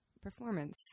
Performance